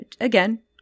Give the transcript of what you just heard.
again